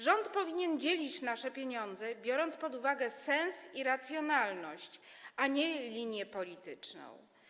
Rząd powinien dzielić nasze pieniądze, biorąc pod uwagę sens i racjonalność, a nie linię polityczną.